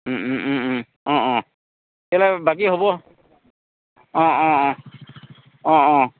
অ' অ' তেতিয়াহ'লে বাকী হ'ব অ' অ' অ' অ' অ'